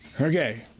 Okay